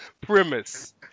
premise